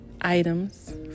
items